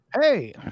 hey